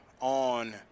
on